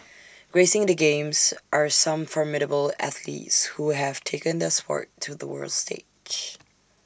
gracing the games are some formidable athletes who have taken their Sport to the world stage